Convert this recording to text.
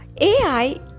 AI